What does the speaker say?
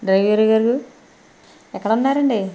డ్రైవర్గారు ఎక్కడున్నారండి